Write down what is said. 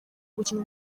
gukina